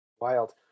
wild